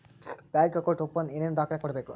Bank account open ಏನೇನು ದಾಖಲೆ ಕೊಡಬೇಕು?